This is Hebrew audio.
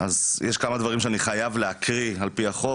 אז יש כמה דברים שאני חייב להקריא על פי החוק.